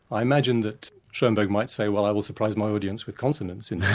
i imagine that schoenberg might say, well i will surprise my audience with consonances